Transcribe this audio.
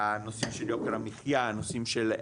הנושאים של יוקר המחייה,